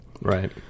right